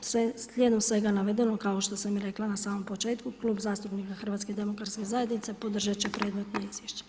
Slijedom svega navedenog kao što sam i rekla na samom početku Klub zastupnika HDZ-a podržati će predmetno izvješće.